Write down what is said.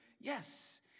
yes